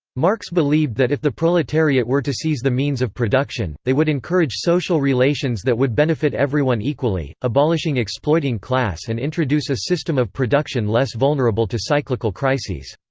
marx believed that if the proletariat were to seize the means of production, they would encourage social relations that would benefit everyone equally, abolishing exploiting class and introduce a system of production less vulnerable to cyclical crises.